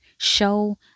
show